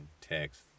text